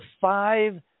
five